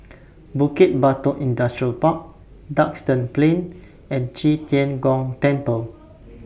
Bukit Batok Industrial Park Duxton Plain and Qi Tian Gong Temple